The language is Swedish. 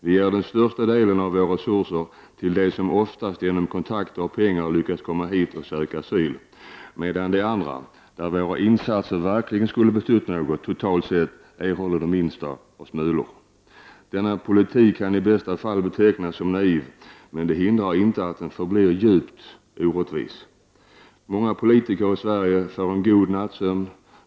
Vi ger den största delen av våra resurser till dem som, oftast genom kontakter och pengar, lyckats komma hit och söka asyl, medan de andra, för vilka insatser verkligen skulle ha betytt något, totalt sett, erhåller de minsta av smulor. Denna politik kan i bästa fall betecknas som naiv, men det hindrar inte att den förblir djupt orättvis. Många politiker i Sverige får en god nattsömn.